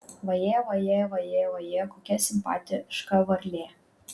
vajė vajė vajė vajė kokia simpatiška varlė